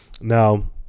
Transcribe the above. now